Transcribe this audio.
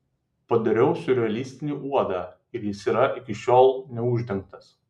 padariau siurrealistinį uodą ir jis yra iki šiol neuždengtas